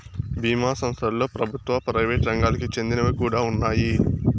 బీమా సంస్థలలో ప్రభుత్వ, ప్రైవేట్ రంగాలకి చెందినవి కూడా ఉన్నాయి